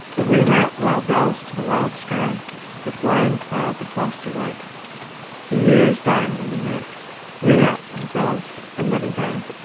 ring out wild bells, to the wild sky the flying cloud, the frosty light the year is dying in the night ring out, wild bells, and let him die.